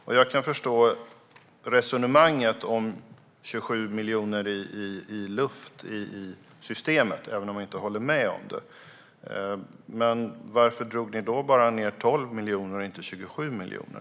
Jag kan förstå resonemanget om 27 miljoner i luft i systemet, även om jag inte håller med om det, men jag undrar varför ni drog ned med bara 12 miljoner och inte 27 miljoner.